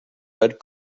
red